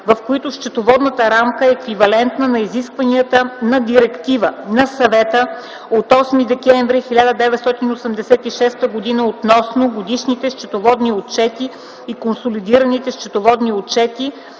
в които счетоводната рамка е еквивалентна на изискванията на Директива на Съвета от 8 декември 1986 г. относно годишните счетоводни отчети и консолидираните счетоводни отчети